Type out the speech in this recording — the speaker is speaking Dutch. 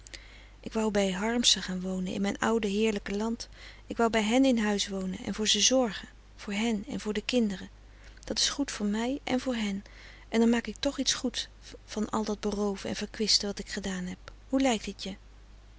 ik wou bij harmsen gaan wonen in mijn oude heerlijke land ik wou bij hen in huis wonen en voor ze zorgen voor hen en voor de kinderen dat is goed voor mij en voor hen en dan maak ik toch iets goed van al dat berooven en verkwisten wat ik gedaan heb hoe lijkt t je